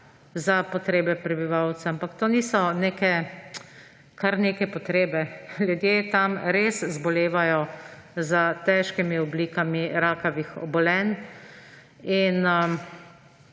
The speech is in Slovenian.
to stvar urediti. Ampak to niso kar neke potrebe. Ljudje tam res zbolevajo za težkimi oblikami rakavih obolenj.